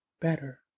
better